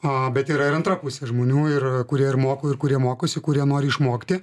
o bet yra ir antra pusė žmonių ir kurie ir moko ir kurie mokosi kurie nori išmokti